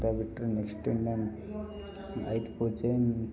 ಅದು ಬಿಟ್ಟರೆ ನೆಕ್ಸ್ಟ್ ಇನ್ನೂ ಆಯುಧ ಪೂಜೆ